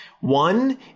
One